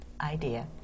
idea